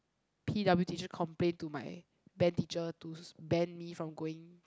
p_w teacher complain to my band teacher to s~ ban me from going